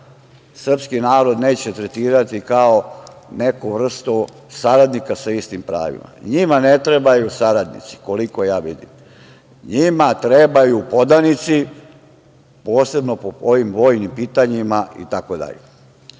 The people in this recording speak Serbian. srpski narod neće tretirati kao neku vrstu saradnika sa istim pravima. Njima ne trebaju saradnici, koliko ja vidim. Njima trebaju podanici, posebno po ovim vojnim pitanjima itd. Dame